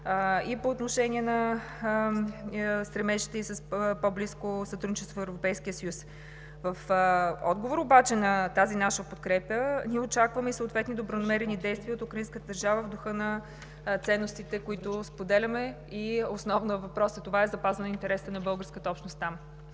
и по отношение на стремежите ѝ за по-близко сътрудничество с Европейския съюз. В отговор на тази наша подкрепа ние очакваме и съответни добронамерени действия от украинската държава в духа на ценностите, които споделяме, и основният въпрос – запазване интересите на българската общност там.